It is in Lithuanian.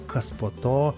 kas po to